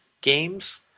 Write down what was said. games